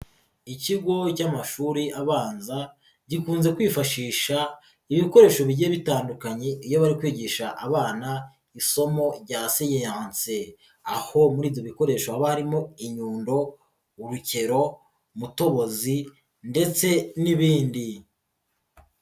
ikigo cy'amashuri abanza gikunze kwifashisha ibikoresho bigiye bitandukanye iyo bari kwigisha abana isomo rya siyiyanse, aho muri ibyo bikoresho barimo inyundo, urukero mutobozi ndetse n'ibindi.